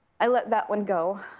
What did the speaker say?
i let that one go.